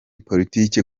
politike